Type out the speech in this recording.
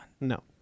No